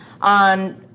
on